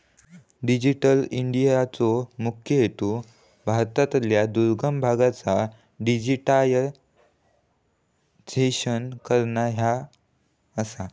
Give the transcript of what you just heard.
digital इंडियाचो मुख्य हेतू भारतातल्या दुर्गम भागांचा डिजिटायझेशन करना ह्यो आसा